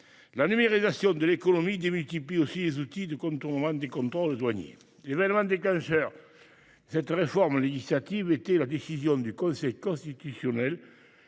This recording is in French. La numérisation de l’économie démultiplie aussi les outils de contournement des contrôles douaniers. L’événement déclencheur de cette réforme législative était la décision du Conseil constitutionnel